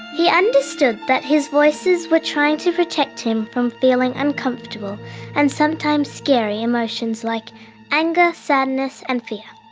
he understood that his voices were trying to protect him from feeling uncomfortable and sometimes scary emotions like anger, sadness and fear.